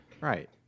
Right